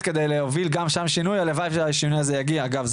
כדי להוביל גם שם שינוי והלוואי שהשינוי הזה יגיע אגב,